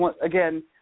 Again